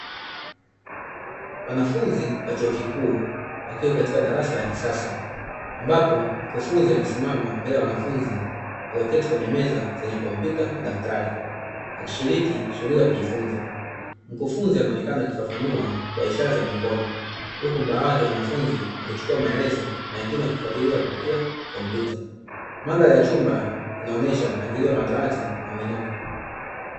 Wanafunzi wa chuo kikuu wakiwa katika darasa la kisasa ambapo mkufunzi amesimama mbele ya wanafunzi walioketi kwenye meza zenye kompyuta na daftari. Walishiriki shughuli za kujifunza, mkufunzi anaonekana akifafanua kwa ishara ya mikono. Huku baadhi ya wanafunzi wakichukua maelezo na wengine wakifatilia kutumia kompyuta. Mandhari ya chumba inaonesha mpangilio wa madawati na muinuko.